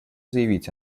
заявить